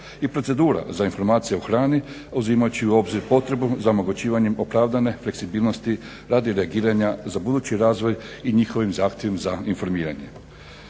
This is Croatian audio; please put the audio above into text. i procedura za informacije o hrani uzimajući u obzir potrebu za omogućavanjem opravdane fleksibilnosti radi reagiranja za budući razvoj i njihovim zahtjevom za informiranjem.